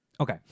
Okay